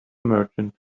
merchant